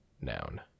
noun